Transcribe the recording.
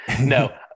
no